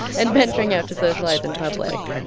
and venturing out to socialize in public.